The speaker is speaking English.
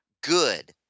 good